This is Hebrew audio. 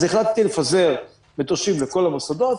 אז החלטתי לפזר מטושים לכל המוסדות,